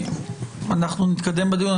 אנחנו נתקדם בדיון.